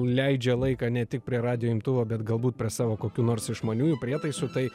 leidžia laiką ne tik prie radijo imtuvo bet galbūt prie savo kokių nors išmaniųjų prietaisų tai